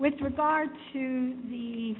with regard to the